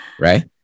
right